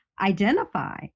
identify